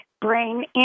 brain